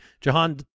Jahan